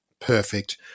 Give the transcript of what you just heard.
perfect